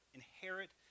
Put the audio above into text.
inherit